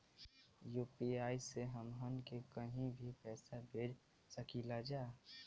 UPI से हमहन के कहीं भी पैसा भेज सकीला जा?